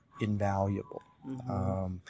invaluable